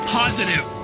positive